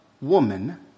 woman